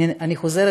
אני חוזרת,